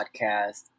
podcast